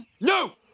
No